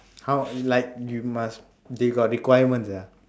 how like you must they got requirements ah